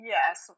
Yes